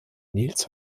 nils